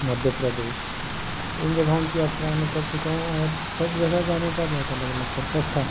मध्य प्रदेश इन जगहों की यात्रा मैं कर चुका हूँ और सब जगह जाने का बहुत अलग अलग पर्पस था